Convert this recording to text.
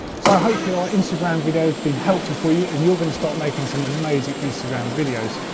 so hopefully our instagram video's been helpful for you and you're going to start making some amazing instagram videos.